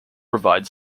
provide